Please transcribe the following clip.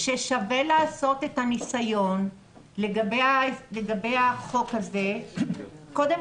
ששווה לעשות את הניסיון לגבי החוק הזה קודם